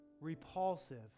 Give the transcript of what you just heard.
repulsive